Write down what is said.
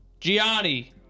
gianni